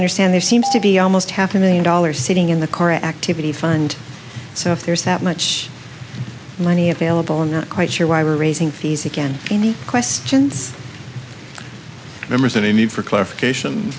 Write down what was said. understand there seems to be almost half a million dollars sitting in the car activity fund so if there's that much money available i'm not quite sure why we are raising fees again any questions members of the need for clarification